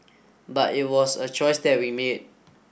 but it was a choice that we made